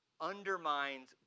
undermines